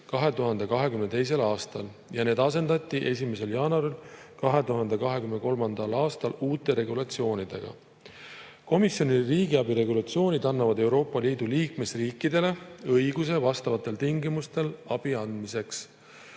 2022. aastal ja see asendati 1. jaanuaril 2023. aastal uue regulatsiooniga. Komisjoni riigiabi regulatsioon annab Euroopa Liidu liikmesriikidele õiguse teatud tingimustel abi anda.